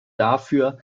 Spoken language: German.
dafür